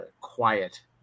quiet